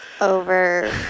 over